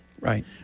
Right